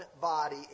body